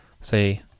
Say